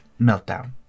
meltdown